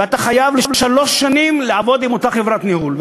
ואתה חייב לעבוד עם אותה חברת ניהול שלוש שנים.